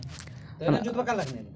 अनाज के कैसे रखबै कि न पसिजै?